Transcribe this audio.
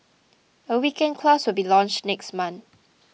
a weekend class will be launched next month